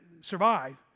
survive